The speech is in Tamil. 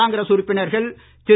காங்கிரஸ் உறுப்பினர்கள் திரு